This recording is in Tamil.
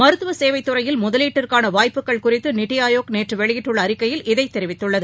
மருத்துவ சேவைத் துறையில் முதலீட்டுக்கான வாய்ப்புகள் குறித்து நித்தி ஆயோக் நேற்று வெளியிட்டுள்ள அறிக்கையில் இதைத் தெரிவித்துள்ளது